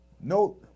No